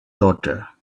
daughter